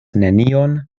nenion